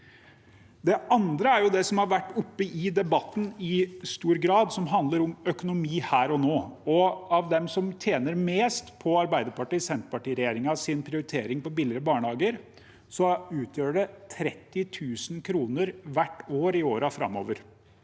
Det andre er det som har vært oppe i debatten i stor grad, som handler om økonomi her og nå. For dem som tjener mest på Arbeiderparti–Senterparti-regjeringens prioritering av billigere barnehage, utgjør det 30 000 kr hvert år i årene framover